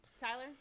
Tyler